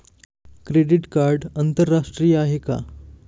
Credit card आंतरराष्ट्रीय आहे का?